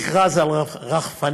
מכרז על רחפנים,